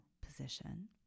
position